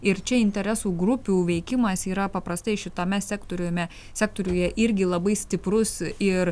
ir čia interesų grupių veikimas yra paprastai šitame sektoriume sektoriuje irgi labai stiprus ir